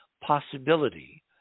possibility